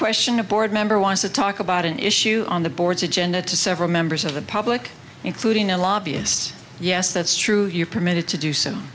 question a board member wants to talk about an issue on the boards agenda to several members of the public including a lobbyist yes that's true you're permitted to do so